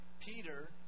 Peter